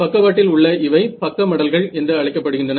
பக்கவாட்டில் உள்ள இவை பக்க மடல்கள் என்று அழைக்கப்படுகின்றன